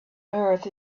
earth